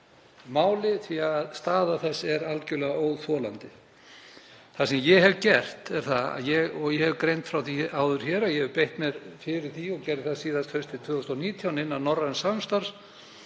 máli því að staða þess er algerlega óþolandi. Það sem ég hef gert, og ég hef greint frá því áður hér, er að ég hef beitt mér í því, og gerði það síðast haustið 2019 innan norræns samstarfs,